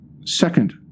Second